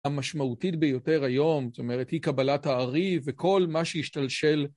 המשמעותית ביותר היום, זאת אומרת, היא קבלת האר"י וכל מה שהשתלשל